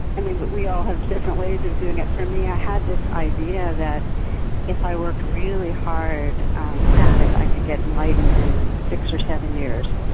and we but we all have different ways of doing it. for me, i had this idea that if i worked really hard um at it, i could get enlightened in six or seven years.